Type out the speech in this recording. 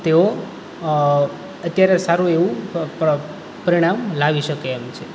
તેઓ અત્યારે સારું એવું પરિણામ લાવી શકે એમ છે